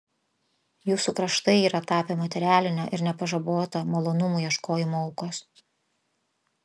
jūsų kraštai yra tapę materialinio ir nepažaboto malonumų ieškojimo aukos